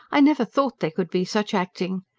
i never thought there could be such acting.